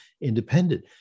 independent